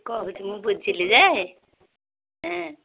ତୁ କହୁଛୁ ମୁଁ ବୁଝିଲି ଯେ ହଁ